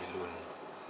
loan